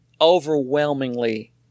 overwhelmingly